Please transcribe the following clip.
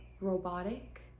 robotic